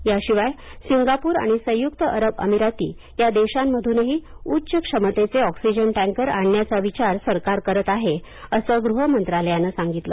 याशिवाय सिंगापूर आणि संयुक्त अरब अमिराती या देशांमधूनही उच्च क्षमतेचे ऑक्सिजन टँकर आणण्याचा विचार सरकार करत आहे असं गृह मंत्रालयानं सांगितलं